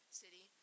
city